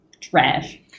Trash